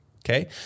okay